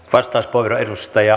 arvoisa puhemies